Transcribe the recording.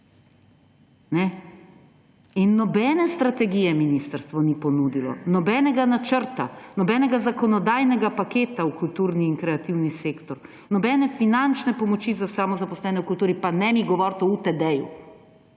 In nobene strategije ministrstvo ni ponudilo, nobenega načrta, nobenega zakonodajnega paketa v kulturni in kreativni sektor, nobene finančne pomoči za samozaposlene v kulturi ‒ pa ne mi govoriti o UTD,